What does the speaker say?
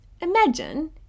Imagine